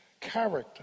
character